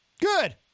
good